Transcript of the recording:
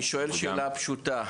אני שואל שאלה פשוטה.